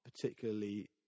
particularly